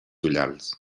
ullals